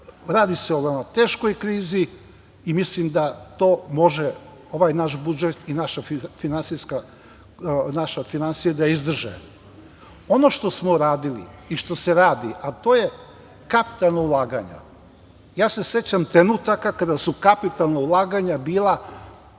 radi se o veoma teškoj krizi i mislim da to može ovaj naš budžet i naše finansije da izdrže. Ono što smo radili i što se radi, a to su kapitalna ulaganja. sećam se trenutaka kada su kapitalna ulaganja bila